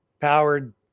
powered